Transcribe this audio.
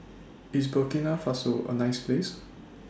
IS Burkina Faso A nice Place